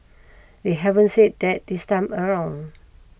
they haven't said that this time around